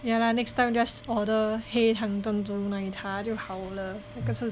ya lah next time just order 黑糖珍珠奶茶就好了